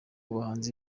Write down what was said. bahanzi